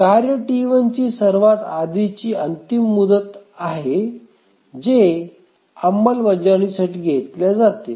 कार्य T1ची सर्वात आधीची अंतिम मुदत आहे जे अंमलबजावणीसाठी घेतल्या जाईल